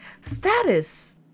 Status